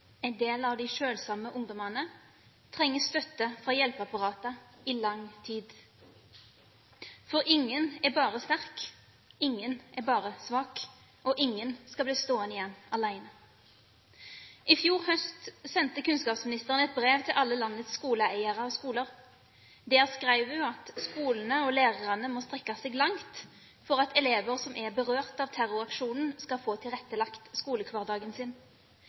en del av de selvsamme ungdommene trenge støtte fra hjelpeapparatet i lang tid. For ingen er bare sterk, ingen er bare svak, og ingen skal bli stående igjen alene. I fjor høst sendte kunnskapsministeren et brev til alle landets skoleeiere og skoler. Der skrev hun at skolene og lærerne må strekke seg langt for at elever som er berørt av terroraksjonen, skal få tilrettelagt skolehverdagen sin.